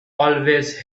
always